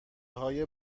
های